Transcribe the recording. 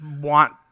want